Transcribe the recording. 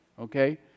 okay